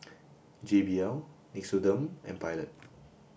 J B L Nixoderm and Pilot